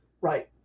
Right